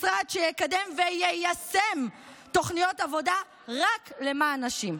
משרד שיקדם ויישם תוכניות עבודה רק למען נשים.